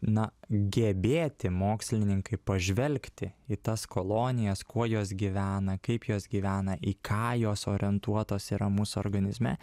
na gebėti mokslininkai pažvelgti į tas kolonijas kuo jos gyvena kaip jos gyvena į ką jos orientuotos yra mūsų organizme